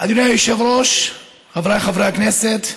אדוני היושב-ראש, חבריי חברי הכנסת,